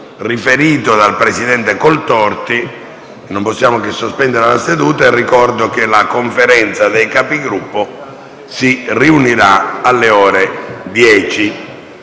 riferito dal presidente Coltorti, non possiamo che sospendere la seduta. Avverto che la Conferenza dei Capigruppo si riunirà alle ore 10,